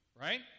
right